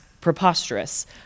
preposterous